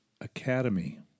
academy